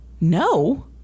no